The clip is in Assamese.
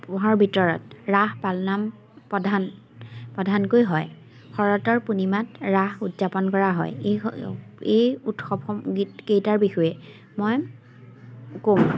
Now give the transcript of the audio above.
সমূহৰ ভিতৰত ৰাস পালনাম প্ৰধান প্ৰধানকৈ হয় শৰতৰ পূৰ্ণিমাত ৰাস উদযাপন কৰা হয় এই এই উৎসৱ গীত কেইটাৰ বিষয়ে মই কওঁ